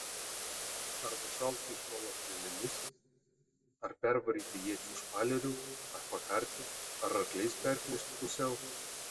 ar nušauti iš tolo strėlėmis ar pervaryti iečių špaleriu ar pakarti ar akliais perplėšti pusiau